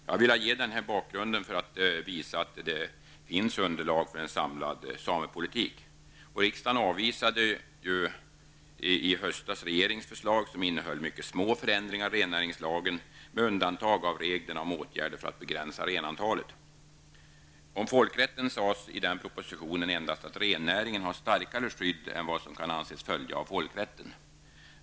Jag vill ge den här bakgrunden för att visa att det finns underlag för en samlad samepolitik. Riksdagen avvisade därför i höstas regeringens förslag, som innehöll mycket små förändringar i rennäringslagen med undantag av reglerna om åtgärder för att begränsa renantalet. Om folkrätten sades i propositionen endast att rennäringen har starkare skydd än vad som kan anses följa av folkrätten.